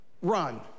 run